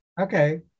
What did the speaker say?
okay